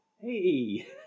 Hey